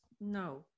No